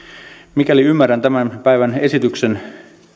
mikäli ymmärrän tämän päivän esityksen